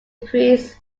priest